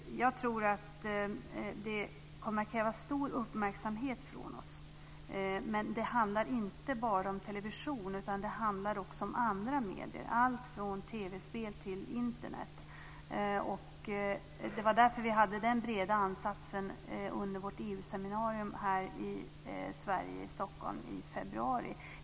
Jag tror att det kommer att krävas stor uppmärksamhet från oss. Men det handlar inte bara om television utan också om andra medier - allt från TV-spel till Internet. Det är därför som vi hade en bred ansats under vårt EU-seminarium här i Stockholm i februari.